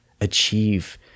achieve